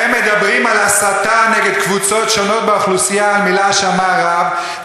הם מדברים על הסתה נגד קבוצות שונות באוכלוסייה על מילה שאמר רב,